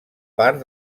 part